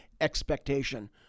expectation